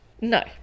No